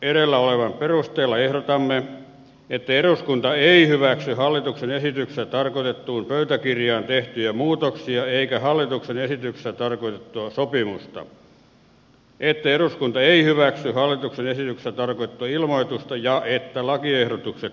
edellä olevan perusteella ehdotamme että eduskunta ei hyväksy hallituksen esityksessä tarkoitettuun pöytäkirjaan tehtyjä muutoksia eikä hallituksen esityksessä tarkoitettua sopimusta että eduskunta ei hyväksy hallituksen esityksessä tarkoitettua ilmoitusta ja että lakiehdotukset hylätään